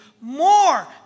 more